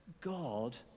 God